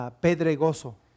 pedregoso